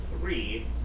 three